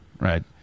right